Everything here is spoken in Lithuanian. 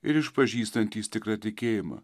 ir išpažįstantys tikrą tikėjimą